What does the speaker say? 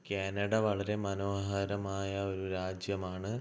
Canada വളരെ മനോഹരമായ ഒരു രാജ്യമാണ്